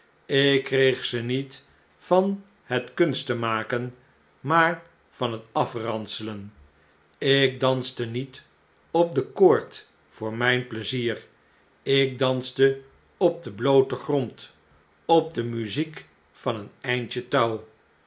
ik kreeg ze niet van het kunsten maken maar van het afranselen ik danste niet op de koord voor mijn pleizier ik danste op den blooten grond op de muziek van een eindje touw